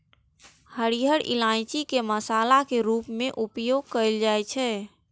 हरियर इलायची के मसाला के रूप मे उपयोग कैल जाइ छै